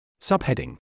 Subheading